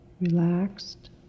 relaxed